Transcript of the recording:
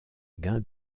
gain